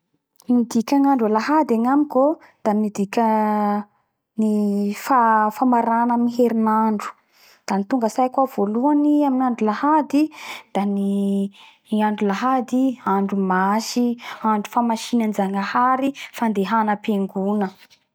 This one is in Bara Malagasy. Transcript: Ny dikany andro Lahady agnamiko o da midika ny famarana ny herinandro da ny tonga atsaiko ao voalohany amy andro lahady da ny andro lahady andro Masy andro famasinanJagnahary fandehana Apengona